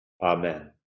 Amen